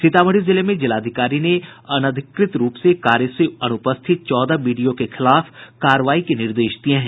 सीतामढ़ी जिले में जिलाधिकारी ने अनाधिकृत रूप से कार्य से अनुपस्थित चौदह बीडीओ के खिलाफ कार्रवाई के निर्देश दिये हैं